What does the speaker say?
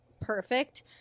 perfect